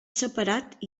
separat